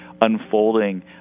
unfolding